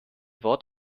wort